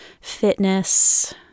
fitness